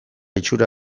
itxura